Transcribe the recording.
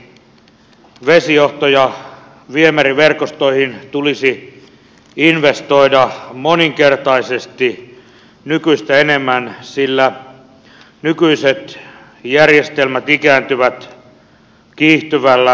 vesijohto ja viemäriverkostoihin tulisi investoida moninkertaisesti nykyistä enemmän sillä nykyiset järjestelmät ikääntyvät kiihtyvällä vauhdilla